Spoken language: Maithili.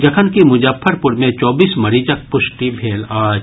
जखनकि मुजफ्फरपुर मे चौबीस मरीजक पुष्टि भेल अछि